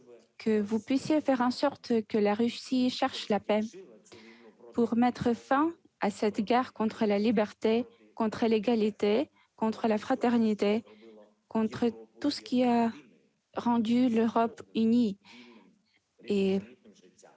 que vous fassiez en sorte que la Russie cherche la paix pour mettre fin à cette guerre contre la liberté, contre l'égalité, contre la fraternité, contre tout ce qui a permis à l'Europe d'être